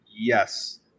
Yes